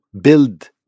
build